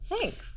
Thanks